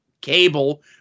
cable